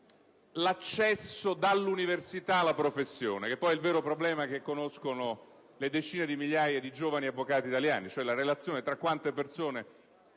l'accesso dall'università alla professione, che poi è il vero problema che conoscono le migliaia di giovani avvocati italiani, cioè quante persone,